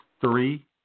three